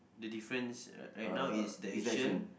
the difference right now is the action